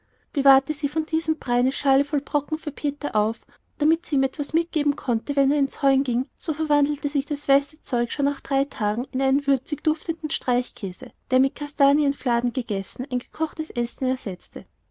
bewahrte sie von diesem brei eine schale voll brocken für peter auf damit sie ihm etwas mitgeben konnte wenn er ins heuen ging so verwandelte sich das weiße zeug schon nach drei tagen in einen würzig duftenden streichkäse der mit kastanienfladen gegessen ein gekochtes essen ersetzte